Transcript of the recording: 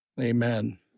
Amen